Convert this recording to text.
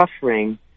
suffering